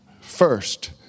first